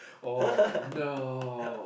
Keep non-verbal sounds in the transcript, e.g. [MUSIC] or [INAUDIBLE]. [LAUGHS]